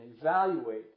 evaluate